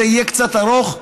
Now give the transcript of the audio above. זה יהיה קצת ארוך,